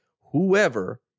whoever